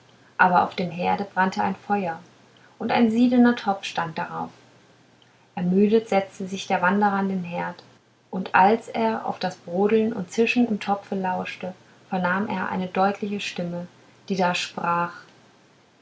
aber auf dem herde brannte ein feuer und ein siedender topf stand darauf ermüdet setzte sich der wanderer an den herd und als er auf das brodeln und zischen im topfe lauschte vernahm er eine deutliche stimme die da sprach